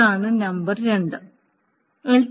അതാണ് നമ്പർ 2